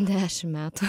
dešim metų